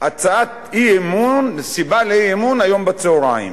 להצעת אי-אמון, סיבה לאי-אמון, היום בצהריים.